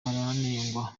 baranengwa